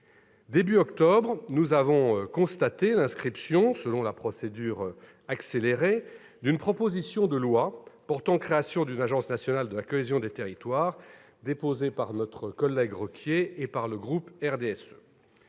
Début octobre, nous avons constaté l'inscription à l'ordre du jour, en procédure accélérée, d'une proposition de loi portant création d'une agence nationale de la cohésion des territoires déposée par notre collègue Jean-Claude Requier